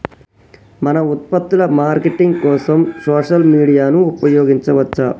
మన ఉత్పత్తుల మార్కెటింగ్ కోసం సోషల్ మీడియాను ఉపయోగించవచ్చా?